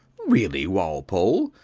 really, walpole,